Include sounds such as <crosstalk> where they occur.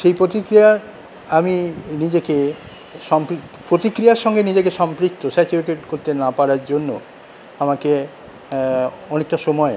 সেই প্রতিক্রিয়া আমি নিজেকে <unintelligible> প্রতিক্রিয়ার সঙ্গে নিজেকে সম্পৃক্ত স্যাচুরেটেড করতে না পারার জন্য আমাকে অনেকটা সময়